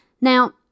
Now